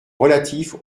relatif